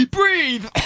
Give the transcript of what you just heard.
breathe